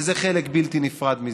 וזה חלק בלתי נפרד מזה.